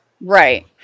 Right